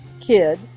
kid